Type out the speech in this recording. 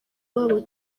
babo